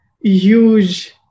huge